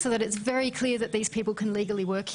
שזה יהיה מאוד ברור שאנשים יוכלו לעבוד פה.